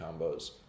combos